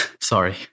sorry